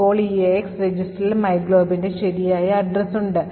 ഇപ്പോൾ EAX രജിസ്റ്ററിന് myglobന്റെ ശരിയായ address ഉണ്ട്